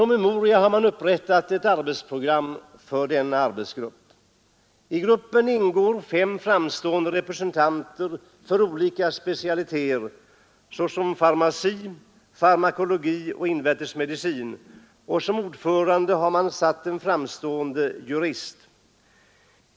I en PM har man upprättat ett arbetsprogram för denna arbetsgrupp, i vilken ingår fem framstående representanter för olika specialiteter, bl.a. farmaci, farmakologi och invärtes medicin. Ordförande är en framstående jurist.